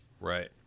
Right